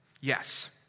Yes